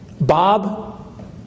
Bob